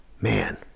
Man